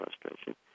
frustration